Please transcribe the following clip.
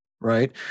right